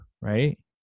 right